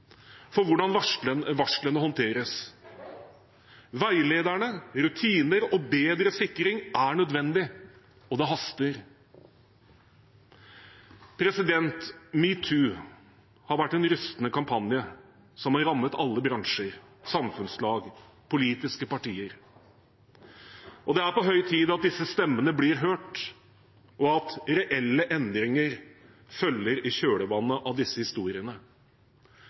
for hvordan varslene håndteres. Veilederne, rutiner og bedre sikring er nødvendig, og det haster. Metoo har vært en rystende kampanje som har rammet alle bransjer, samfunnslag og politiske partier. Det er på høy tid at disse stemmene blir hørt, og at reelle endringer følger i kjølvannet av disse historiene.